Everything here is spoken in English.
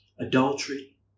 adultery